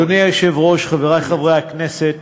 אדוני היושב-ראש, חברי חברי הכנסת,